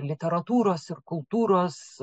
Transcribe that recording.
literatūros ir kultūros